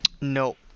No